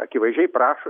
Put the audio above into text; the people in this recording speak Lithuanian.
akivaizdžiai prašo